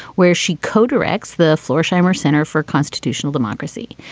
where she co-directs the florsheim, our center for constitutional democracy.